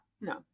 no